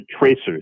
tracers